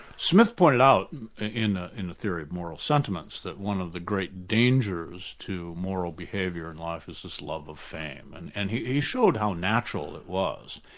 smith pointed out in ah in a theory of moral sentiments that one of the great dangers to moral behaviour in life is this love of fame, and and he showed how natural it was,